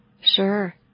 Sure